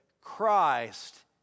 Christ